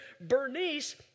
Bernice